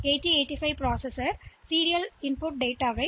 எனவே SID pin மீது வரும் சீரியல் எதுவாக இருந்தாலும்